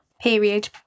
period